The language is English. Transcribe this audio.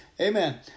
Amen